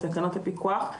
לתקנות הפיקוח,